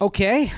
Okay